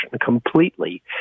completely